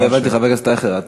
אני לא הבנתי, חבר הכנסת אייכלר.